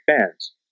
fans